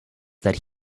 that